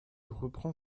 reprend